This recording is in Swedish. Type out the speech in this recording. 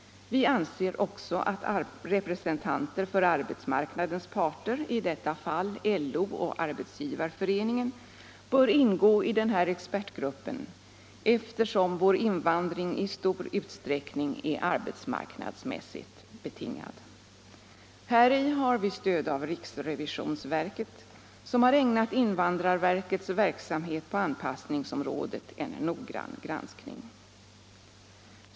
Vi anser också att representanter för arbetsmarknadens parter, i detta fall LO och Arbetsgivareföreningen, bör ingå i denna expertgrupp eftersom vår invandring i stor utsträckning är arbetsmarknadsmässigt betingad. Häri har vi stöd av riksrevisionsverket, som har ägnat invandrarverkets verksamhet på anpassningsområdet en noggrann granskning.